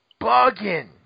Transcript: Bugging